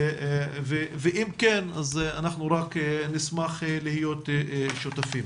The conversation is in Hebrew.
ואם כן, אנחנו רק נשמח להיות שותפים.